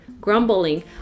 grumbling